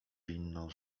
inną